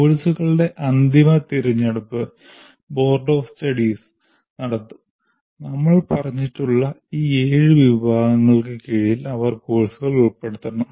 കോഴ്സുകളുടെ അന്തിമ തിരഞ്ഞെടുപ്പ് ബോർഡ് ഓഫ് സ്റ്റഡീസ് നടത്തും നമ്മൾ പറഞ്ഞിട്ടുള്ള ഈ ഏഴ് വിഭാഗങ്ങൾക്ക് കീഴിൽ അവർ കോഴ്സുകൾ ഉൾപ്പെടുത്തണം